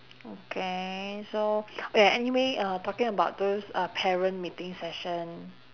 okay so oh ya anyway uh talking about those uh parent meeting session